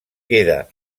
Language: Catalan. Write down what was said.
queda